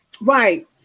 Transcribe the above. Right